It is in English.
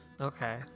Okay